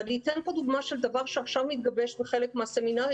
אני אתן פה דוגמא של דבר שעכשיו מתגבש בחלק מהסמינרים